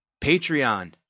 Patreon